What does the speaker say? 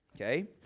okay